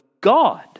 God